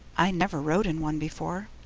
i never rode in one before.